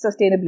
sustainability